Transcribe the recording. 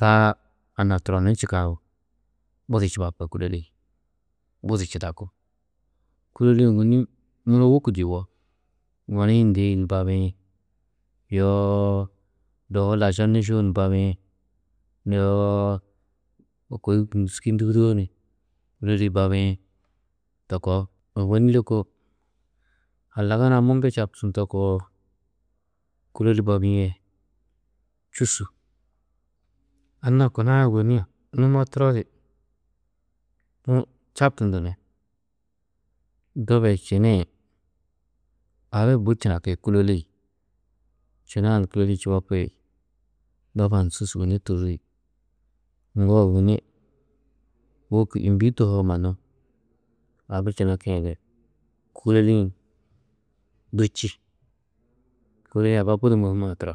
Taa anna turonnu čîkã budi čubapi kûloli-ĩ, budi čidaku, kûloli-ĩ ôwonni muro wôku yugɔ, goni-ĩ hi ndeî ni babiĩ, yoo dohu laša nîšo ni babiĩ, yoo kôi dûski ndûgudoo ni kûloli babiĩ to koo, ôwonni lôko halagana-ã mundu̧ čabtundudo koo kûloli babîe čûsu, anna kuna-ã ôwonni numo turo di čabtundu ni doba yê čêne yê abi bui činaki, kûloli, čêne-ã ni kûloli čubapi, doba-ã ni su sûguni tûrri, ŋgo ôwonni wôku îmbi tohoo mannu abi činaki ni kûloli-ĩ du či. Kûloli-ĩ aba budi môhumo-ã turo,